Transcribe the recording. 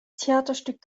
theaterstück